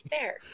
fair